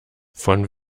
von